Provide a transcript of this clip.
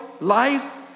life